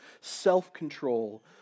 self-control